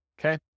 Okay